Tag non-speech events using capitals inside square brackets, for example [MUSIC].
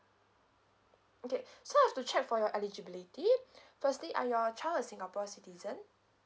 okay so I've to check for your eligibility [BREATH] firstly are your child a singapore citizen